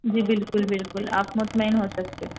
جی بالکل بالکل آپ مطمئن ہو سکتے ہیں